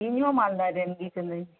ᱤᱧ ᱦᱚᱸ ᱢᱟᱞᱫᱟ ᱨᱮᱱ ᱜᱮ ᱠᱟᱹᱱᱟᱹᱧ